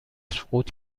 سقوط